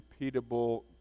repeatable